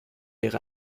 ihrer